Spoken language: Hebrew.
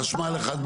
חשמל אחד,